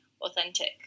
authentic